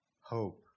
hope